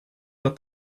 that